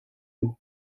the